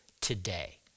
today